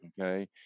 okay